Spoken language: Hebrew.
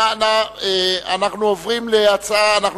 אנחנו עוברים להצעת חוק הביטוח הלאומי.